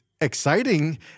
exciting